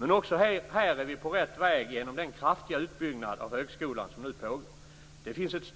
Men också här är vi på rätt väg genom den kraftiga utbyggnad av högskolan som nu pågår. Utbudet är